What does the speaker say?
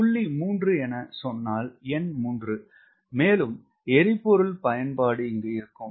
புள்ளி 3 என சொன்னால் எண் 3 மேலும் எரிபொருள் பயன்பாடு இங்கு இருக்கும்